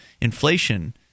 Inflation